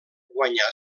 guanyar